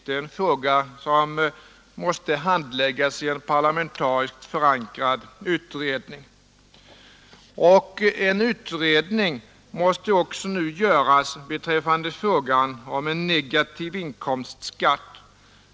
Det är en fråga som måste handläggas i en parlamentariskt förankrad utredning. En utredning måste också göras beträffande frågan om en negativ inkomstskatt.